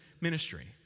ministry